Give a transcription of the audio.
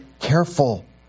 careful